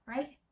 Right